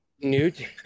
Newt